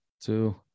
two